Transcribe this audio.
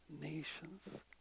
nations